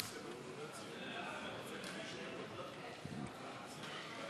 חבר הכנסת אחמד